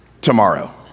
tomorrow